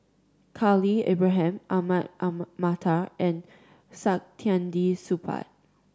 Khalil Ibrahim Ahmad Mattar and Saktiandi Supaat